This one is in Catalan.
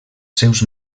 seus